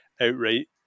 outright